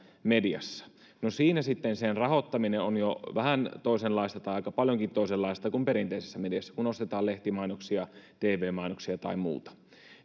mediassa no siinä sitten sen rahoittaminen on jo vähän toisenlaista tai aika paljonkin toisenlaista kuin perinteisessä mediassa kun ostetaan lehtimainoksia tv mainoksia tai muuta